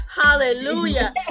hallelujah